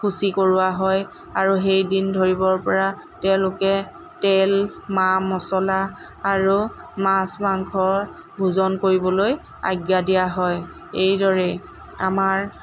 শুচি কৰোৱা হয় আৰু সেই দিন ধৰিবৰ পৰা তেওঁলোকে তেল মা মছলা আৰু মাছ মাংস ভোজন কৰিবলৈ আজ্ঞা দিয়া হয় এইদৰেই আমাৰ